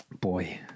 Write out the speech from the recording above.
Boy